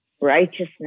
righteousness